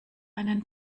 einen